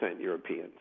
European